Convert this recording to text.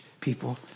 people